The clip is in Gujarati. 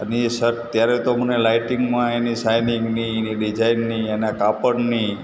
અને એ સટ ત્યારે તો મને લાઇટિંગમાં એની શાઇનિંગની એની ડીઝાઇનની એના કાપડની